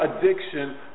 addiction